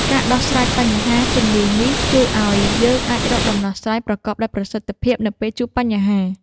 ការដោះស្រាយបញ្ហាជំនាញនេះជួយឲ្យយើងអាចរកដំណោះស្រាយប្រកបដោយប្រសិទ្ធភាពនៅពេលជួបបញ្ហា។